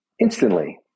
instantly